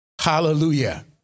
Hallelujah